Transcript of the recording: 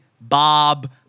Bob